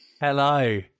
Hello